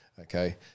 Okay